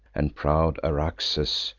and proud araxes,